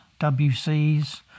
WCs